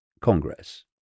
Congress